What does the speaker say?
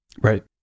Right